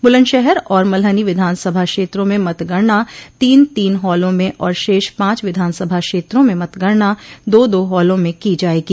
बुलन्दशहर और मल्हनी विधानसभा क्षेत्रों में मतगणना तीन तीन हालों में और शेष पांच विधानसभा क्षेत्रों में मतगणना दो दो हालों में की जायेगी